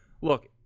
look